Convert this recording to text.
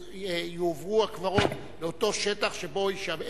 ויועברו הקברים לאותו שטח שבו יישארו